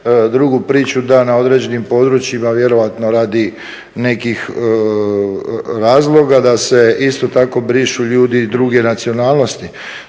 drugu priču da na određenim područjima vjerojatno radi nekih razloga da se isto tako brišu ljudi druge nacionalnosti.